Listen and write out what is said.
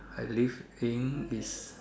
I living is